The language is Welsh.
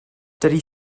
dydi